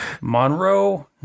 Monroe